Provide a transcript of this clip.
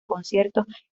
conciertos